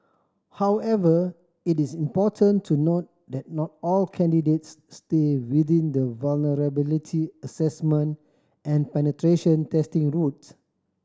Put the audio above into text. however it is important to note that not all candidates stay within the vulnerability assessment and penetration testing routes